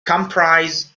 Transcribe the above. comprise